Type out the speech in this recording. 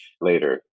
later